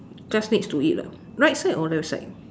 just next to it ah right side or left side